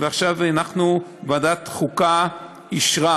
ועכשיו ועדת חוקה אישרה